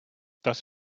das